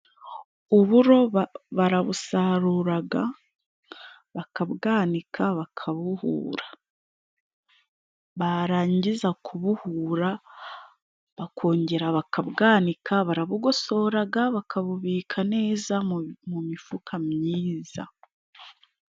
Uburo barabusarura, bakabwanika, bakabuhura. Barangiza kubuhura bakongera bakabwanika, barabugosora, bakabubika neza mu mifuka myiza.